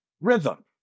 rhythm